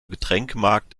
getränkemarkt